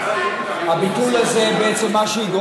אני מקשיב למה שאתה אומר.